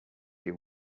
you